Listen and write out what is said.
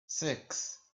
six